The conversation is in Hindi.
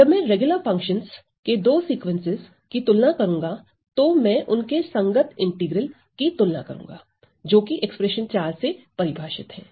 जब मैं रेगुलर फंक्शनस के दो सीक्वेंसेस की तुलना करूंगा तो मैं उनके संगत इंटीग्रल की तुलना करूंगा जोकि व्यंजक IV से परिभाषित है